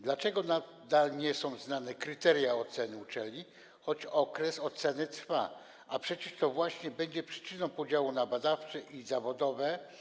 Dlaczego nadal nie są znane kryteria oceny uczelni, choć okres oceny trwa, a przecież to właśnie będzie przyczyną podziału ich na badawcze i zawodowe?